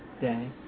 day